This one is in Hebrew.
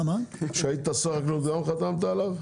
כשהיית שר החקלאות גם חתמת עליו?